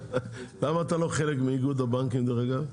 למה אתה לא חלק מאיגוד הבנקים, דרך אגב?